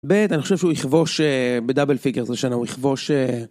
ב' אני חושב שהוא יכבוש בדאבל פיגרס השנה הוא יכבוש...